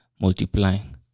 multiplying